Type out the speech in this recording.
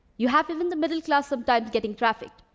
you have even the middle class sometimes getting trafficked.